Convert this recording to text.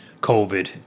COVID